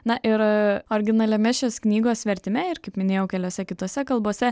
na ir originaliame šios knygos vertime ir kaip minėjau keliose kitose kalbose